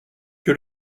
que